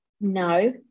No